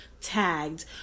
Tagged